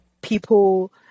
people